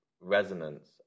resonance